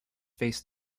faced